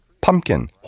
pumpkin